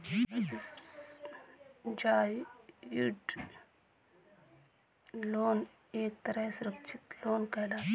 subsidised loan एक तरह का सुरक्षित लोन कहलाता है